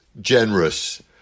generous